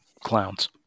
clowns